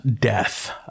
death